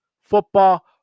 Football